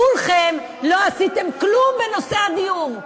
כולכם לא עשיתם כלום בנושא הדיור.